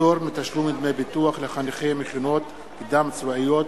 (פטור מתשלום דמי ביטוח לחניכי מכינות קדם-צבאיות